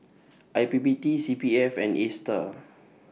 I P P T C P F and ASTAR